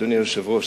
אדוני היושב-ראש,